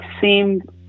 seemed